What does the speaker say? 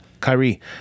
Kyrie